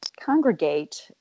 congregate